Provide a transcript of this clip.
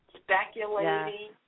speculating